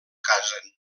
casen